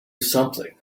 something